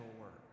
work